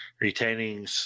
retaining